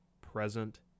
present